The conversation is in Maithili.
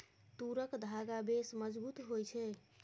तूरक धागा बेस मजगुत होए छै